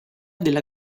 della